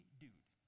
dude